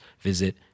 visit